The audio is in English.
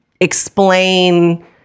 explain